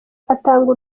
atanga